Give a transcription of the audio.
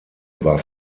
war